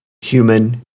human